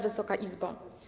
Wysoka Izbo!